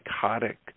psychotic